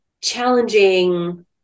challenging